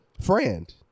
friend